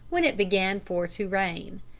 when it began for to rain.